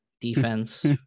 defense